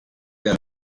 der